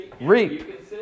reap